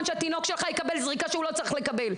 שהתינוק שלך יקבל זריקה שהוא לא צריך לקבל,